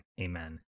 Amen